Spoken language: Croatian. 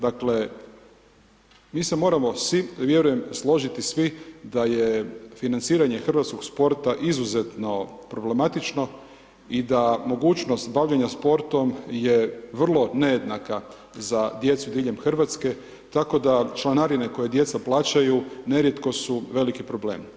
Dakle, mi se moramo vjerujem složiti svi da je financiranje hrvatskog sporta izuzetno problematično i da mogućnost bavljenja sportom je vrlo nejednaka za djecu diljem Hrvatske, tako da članarine koje djeca plaćaju, nerijetko su veliki problem.